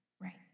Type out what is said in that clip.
right